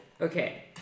okay